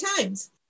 times